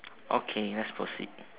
okay let's proceed